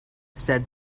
said